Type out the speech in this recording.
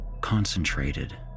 concentrated